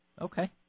Okay